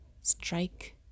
strike